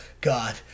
God